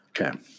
Okay